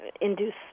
induce